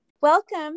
welcome